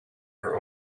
her